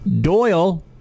Doyle